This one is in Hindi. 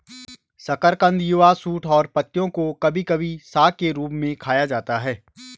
शकरकंद युवा शूट और पत्तियों को कभी कभी साग के रूप में खाया जाता है